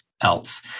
else